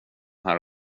här